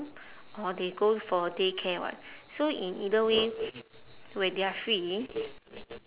or they go for daycare [what] so in either way when they are free